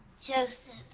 Joseph